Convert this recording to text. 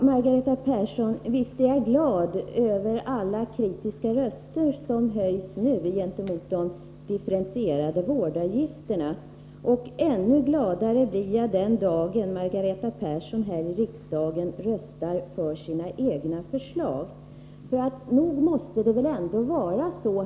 Herr talman! Visst är jag glad över alla kritiska röster som nu höjs mot de differentierade vårdavgifterna, och ännu gladare blir jag den dag Margareta Persson här i riksdagen röstar för sina egna förslag.